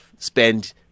Spend